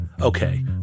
Okay